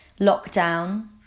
lockdown